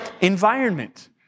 environment